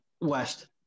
west